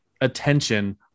attention